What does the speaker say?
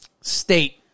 state